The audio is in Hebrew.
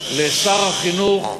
לשר החינוך,